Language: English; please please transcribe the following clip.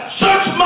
search